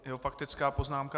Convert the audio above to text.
Jeho faktická poznámka.